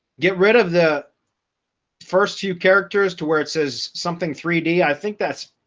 get rid of the first few characters to where it says something three d. i think that's,